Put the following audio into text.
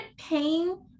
paying